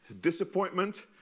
disappointment